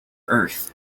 earth